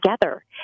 together